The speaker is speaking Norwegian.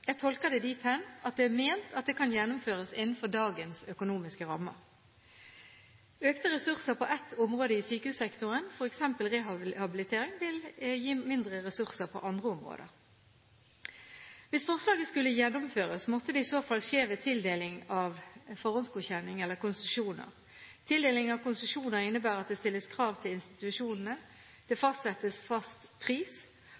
Jeg tolker det dit hen at det er ment at det kan gjennomføres innenfor dagens økonomiske rammer. Økte ressurser på ett område i sykehussektoren, f.eks. rehabilitering, vil gi mindre ressurser på andre områder. Hvis forslaget skulle gjennomføres, måtte det i så fall skje ved tildeling av forhåndsgodkjenning, eller konsesjoner. Tildeling av konsesjoner innebærer at det stilles krav til institusjonene. Det fastsettes fast pris.